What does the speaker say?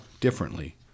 differently